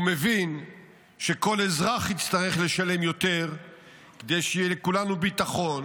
הוא מבין שכל אזרח יצטרך לשלם יותר כדי שיהיה לכולנו ביטחון,